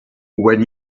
when